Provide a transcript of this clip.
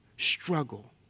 struggle